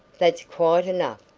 that's quite enough,